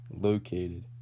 located